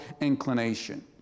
inclination